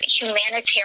humanitarian